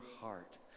heart